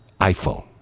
iPhone